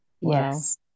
Yes